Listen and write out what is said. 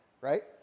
Right